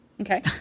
Okay